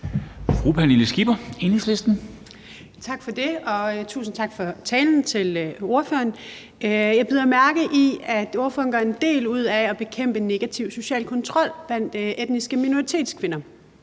Pernille Skipper (EL): Tak for det, og tusind tak til ordføreren for talen. Jeg bider mærke i, at ordføreren gør en del ud af det med at bekæmpe negativ social kontrol blandt etniske minoritetskvinder,